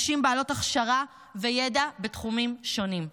נשים בעלות הכשרה וידע בתחומים שונים.